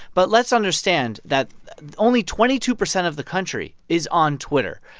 but let's understand that only twenty two percent of the country is on twitter.